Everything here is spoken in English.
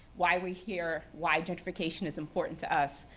why we're here, why gentrification is important to us.